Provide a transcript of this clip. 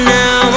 now